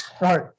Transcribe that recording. right